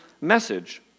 message